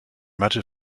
matte